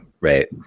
Right